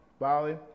Bali